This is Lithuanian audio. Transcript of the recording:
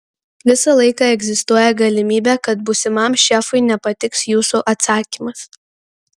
visą laiką egzistuoja galimybė kad būsimam šefui nepatiks jūsų atsakymas